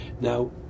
Now